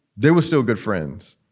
there were still good friends.